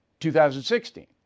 2016